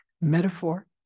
metaphor